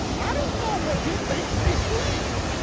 i don't know what he thinks he sees.